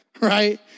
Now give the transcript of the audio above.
right